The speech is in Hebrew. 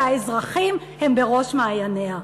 שהאזרחים הם בראש מעייניה.